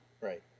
Right